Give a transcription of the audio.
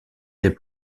des